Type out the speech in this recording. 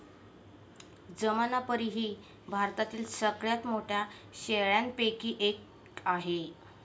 जमनापरी ही भारतातील सगळ्यात मोठ्या शेळ्यांपैकी एक आहे